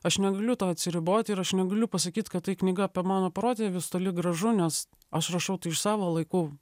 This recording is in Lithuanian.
aš negaliu to atsiriboti ir aš negaliu pasakyt kad tai knyga apie mano protėvius toli gražu nes aš rašau tai iš savo laikų